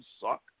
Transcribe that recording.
suck